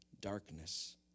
darkness